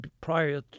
prior